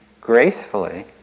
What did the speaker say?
gracefully